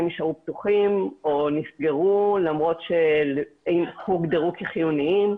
נשארו פתוחים או נסגרו למרות שהוגדרו כחיוניים.